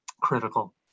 critical